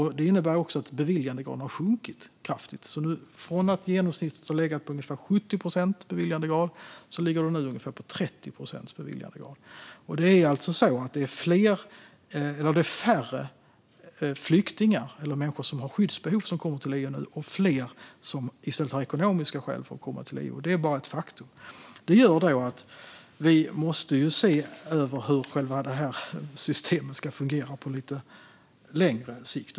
Detta innebär att beviljandegraden har sjunkit kraftigt - från att genomsnittet har legat på ungefär 70 procents beviljandegrad ligger det på ungefär 30 procents beviljandegrad. Det är nu färre flyktingar, eller människor som har skyddsbehov, som kommer till EU och fler som i stället har ekonomiska skäl för att komma till EU. Detta är bara ett faktum. Detta gör att vi måste se över hur själva systemet ska fungera på lite längre sikt.